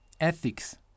ethics